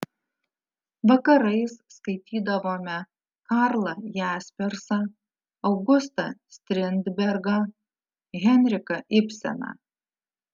vakarais skaitydavome karlą jaspersą augustą strindbergą henriką ibseną